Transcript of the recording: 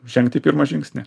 žengti pirmą žingsnį